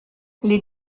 les